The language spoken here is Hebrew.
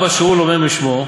אבא שאול אומר משמו: